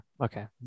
okay